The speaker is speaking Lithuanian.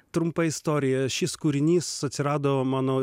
trumpa istorija šis kūrinys atsirado mano